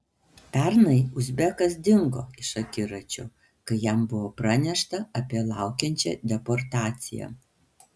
pernai uzbekas dingo iš akiračio kai jam buvo pranešta apie laukiančią deportaciją